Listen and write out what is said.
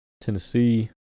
Tennessee